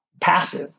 passive